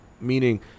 meaning